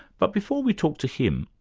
but before we talk to him,